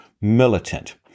militant